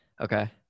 okay